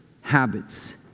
habits